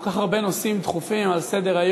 כל כך הרבה נושאים דחופים על סדר-היום,